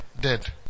dead